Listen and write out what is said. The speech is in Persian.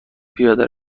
پیاده